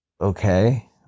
okay